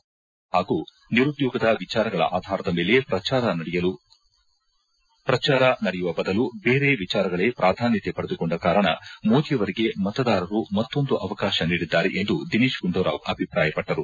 ರೈತರ ಸಂಕಪ್ಪ ಹಾಗೂ ನಿರುದ್ಯೋಗದ ವಿಚಾರಗಳ ಆಧಾರದ ಮೇಲೆ ಪ್ರಚಾರ ನಡೆಯುವ ಬದಲು ಬೇರೆ ವಿಚಾರಗಳೇ ಪ್ರಾಧಾನ್ಯತೆ ಪಡೆದುಕೊಂಡ ಕಾರಣ ಮೋದಿಯವರಿಗೆ ಮತದಾರರು ಮತ್ತೊಂದು ಅವಕಾಶ ನೀಡಿದ್ದಾರೆ ಎಂದು ದಿನೇಶ್ ಗುಂಡೂರಾವ್ ಅಭಿಪ್ರಾಯಪಟ್ಟರು